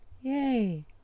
Yay